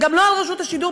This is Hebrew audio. וגם לא על רשות השידור,